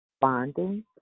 bonding